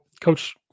Coach